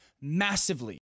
massively